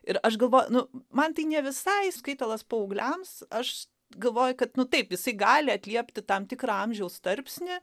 ir aš galvoju nu man tai ne visai skaitalas paaugliams aš galvoju kad nu taip jisai gali atliepti tam tikrą amžiaus tarpsnį